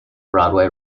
broadway